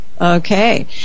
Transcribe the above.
okay